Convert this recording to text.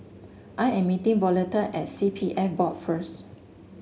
I am meeting Violetta at C P F Board first